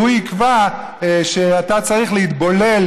שהוא יקבע שאתה צריך להתבולל